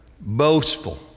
boastful